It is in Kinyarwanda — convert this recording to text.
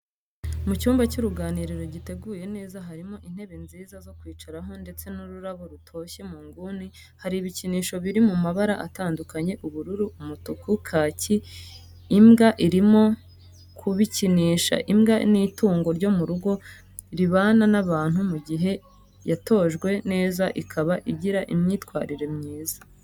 Mu cyumba cy'uruganiriro giteguye neza harimo intebe nziza zo kwicaraho, ndetse n'ururabo rutoshye mu nguni, hari ibikinisho biri mu mabara atandukanye ubururu, umutuku, kaki imbwa irimo kubikinsha. Imbwa ni itungo ryo mu rugo ribana n'abantu mu gihe yatojwe neza ikaba igira imyitwarire myiza.